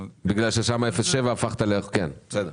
בסדר.